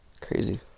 crazy